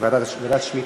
בעד, 22,